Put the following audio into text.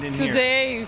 today